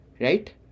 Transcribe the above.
right